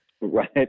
Right